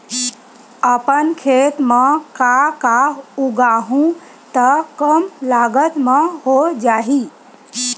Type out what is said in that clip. अपन खेत म का का उगांहु त कम लागत म हो जाही?